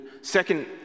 second